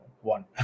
one